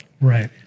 Right